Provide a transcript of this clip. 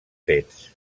fets